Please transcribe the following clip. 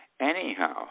Anyhow